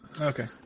Okay